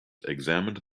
examined